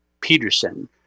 Peterson